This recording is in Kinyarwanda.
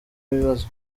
ibibazo